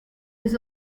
his